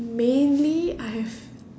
mainly I have